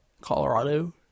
Colorado